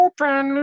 Open